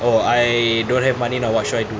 oh I don't have money now what should I do